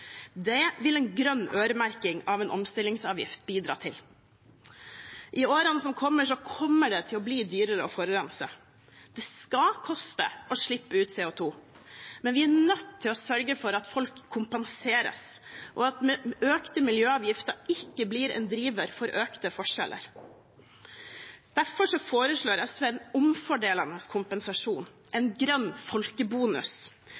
Det vil en grønn øremerking av en omstillingsavgift bidra til. I årene som kommer, kommer det til å bli dyrere å forurense. Det skal koste å slippe ut CO 2 , men vi er nødt til å sørge for at folk kompenseres, og at økte miljøavgifter ikke blir en driver for økte forskjeller. Derfor foreslår SV en omfordelende kompensasjon,